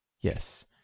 Yes